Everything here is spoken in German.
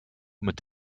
mit